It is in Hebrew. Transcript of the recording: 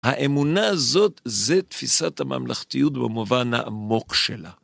האמונה הזאת זה תפיסת הממלכתיות במובן העמוק שלה.